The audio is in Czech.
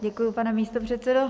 Děkuji, pane místopředsedo.